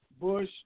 Bush